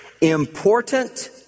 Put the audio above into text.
important